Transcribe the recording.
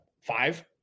five